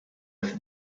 with